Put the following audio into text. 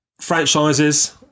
franchises